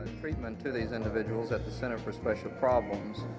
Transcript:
treatment to these individuals at the center for special problems,